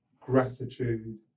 gratitude